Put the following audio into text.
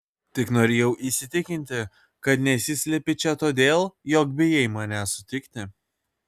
tik norėjau įsitikinti kad nesislepi čia todėl jog bijai mane sutikti